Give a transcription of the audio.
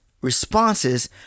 responses